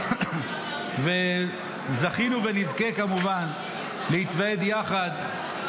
וזכינו ונזכה כמובן להתוועד יחד.